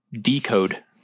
Decode